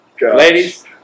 ladies